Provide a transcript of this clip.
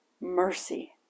mercy